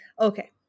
Okay